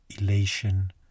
elation